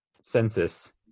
census